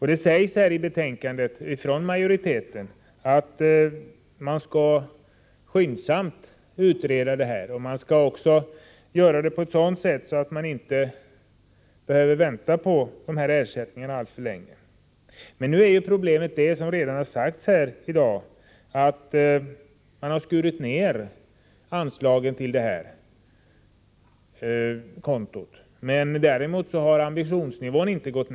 I betänkandet skriver utskottsmajoriteten att man skyndsamt skall utreda frågan och att markägarna inte skall behöva vänta på ersättningarna alltför länge. Problemet är — som det tidigare har sagts i dag — att man har skurit ner anslaget för det aktuella kontot. Däremot sägs inte att ambitionsnivån har minskat.